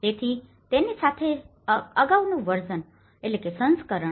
તેથી તેની સાથેનું અગાઉનું વર્સનversionસંસ્કરણ